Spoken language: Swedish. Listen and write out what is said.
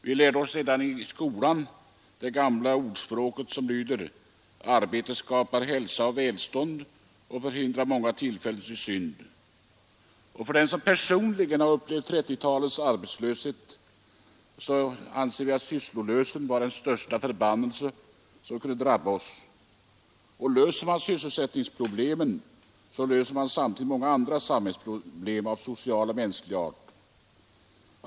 Vi lärde oss redan i skolan det gamla ordspråk som lyder: ”Arbete skapar hälsa och välstånd och förhindrar många tillfällen till synd.” Den som personligen upplevt 1930-talets arbetslöshet känner sysslolösheten som den största förbannelse som kan drabba en. Löser man sysselsättningsproblemen, löser man därmed också andra samhällsproblem av social och mänsklig art.